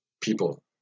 people